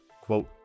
Quote